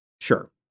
sure